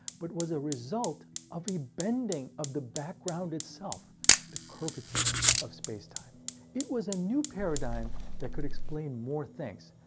but was a result of a bending of the background itself the curvature of space-time. it was a new paradigm that could explain more things.